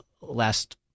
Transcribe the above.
last